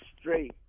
straight